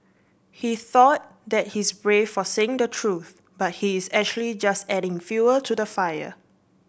he thought that he's brave for saying the truth but he is actually just adding fuel to the fire